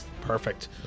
Perfect